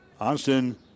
Austin